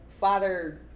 father